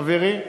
חברי,